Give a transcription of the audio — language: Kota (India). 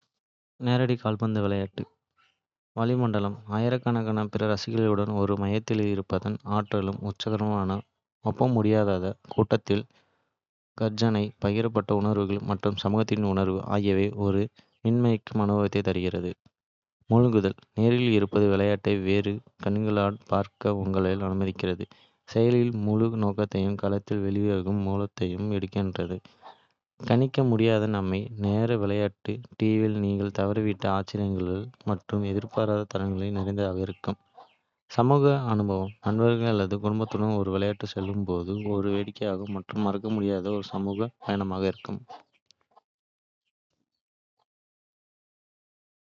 நேரடி கால்பந்து விளையாட்டு. நன்மை, வளிமண்டலம். ஆயிரக்கணக்கான பிற ரசிகர்களுடன் ஒரு மைதானத்தில் இருப்பதன் ஆற்றலும் உற்சாகமும் ஒப்பிடமுடியாதது. கூட்டத்தின் கர்ஜனை, பகிரப்பட்ட உணர்ச்சிகள் மற்றும் சமூகத்தின் உணர்வு ஆகியவை ஒரு மின்மயமாக்கும் அனுபவத்தை உருவாக்குகின்றன. மூழ்குதல். நேரில் இருப்பது விளையாட்டை வேறு கண்ணோட்டத்தில் பார்க்க உங்களை அனுமதிக்கிறது, செயலின் முழு நோக்கத்தையும் களத்தில் வெளிவரும் மூலோபாயத்தையும் எடுத்துக்கொள்கிறது. கணிக்க முடியாத தன்மை, நேரடி விளையாட்டுகள் டிவியில் நீங்கள் தவறவிடக்கூடிய ஆச்சரியங்கள் மற்றும் எதிர்பாராத தருணங்கள் நிறைந்ததாக இருக்கலாம். சமூக அனுபவம், நண்பர்கள் அல்லது குடும்பத்தினருடன் ஒரு விளையாட்டுக்குச் செல்வது ஒரு வேடிக்கையான மற்றும் மறக்கமுடியாத சமூக பயணமாக இருக்கும்.